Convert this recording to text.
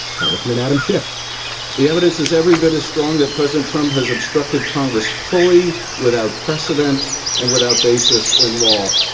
congressman adam schiff the evidence is every bit as strong that president trump has obstructed congress fully without precedent and without basis in law.